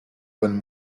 when